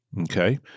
okay